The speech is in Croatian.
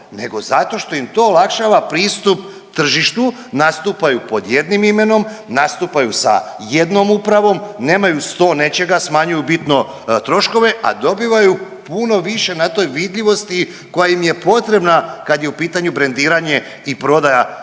nego zato što im to olakšava pristup tržištu, nastupaju pod jednim imenom, nastupaju sa jednom upravom, nemaju sto nečega. Smanjuju bitno troškove, a dobivaju puno više na toj vidljivosti koja im je potrebna kad je u pitanju brendiranje i prodaja proizvoda.